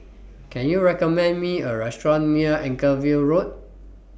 Can YOU recommend Me A Restaurant near Anchorvale Road